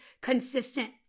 consistent